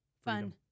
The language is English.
fun